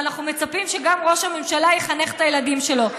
ואנחנו מצפים שגם ראש הממשלה יחנך את הילדים שלו.